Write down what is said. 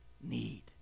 need